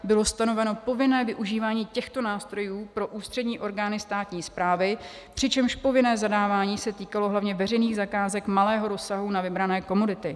Bylo stanoveno povinné využívání těchto nástrojů pro ústřední orgány státní správy, přičemž povinné zadávání se týkalo především veřejných zakázek malého rozsahu na vybrané komodity.